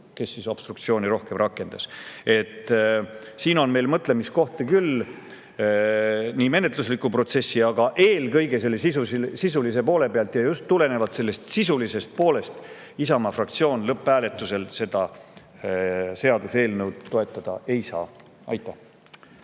Kes siis obstruktsiooni rohkem rakendas? Siin on meil mõtlemiskohti küll nii menetlusliku protsessi kui ka eelkõige sisulise poole pealt. Ja just tulenevalt sellest sisulisest poolest Isamaa fraktsioon lõpphääletusel seda seaduseelnõu toetada ei saa. Aitäh!